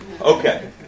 Okay